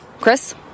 Chris